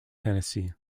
tennessee